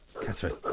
Catherine